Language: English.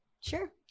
Sure